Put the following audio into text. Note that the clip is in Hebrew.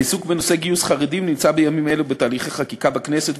העיסוק בנושא גיוס חרדים נמצא בימים אלו בתהליכי חקיקה בכנסת,